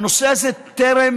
הנושא הזה טרם,